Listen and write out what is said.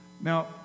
Now